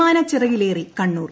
വിമാനച്ചിറകിലേറി Kannur